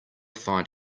find